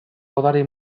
odari